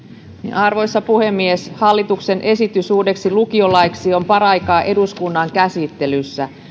arvoisa puhemies hallituksen esitys uudeksi lukiolaiksi on paraikaa eduskunnan käsittelyssä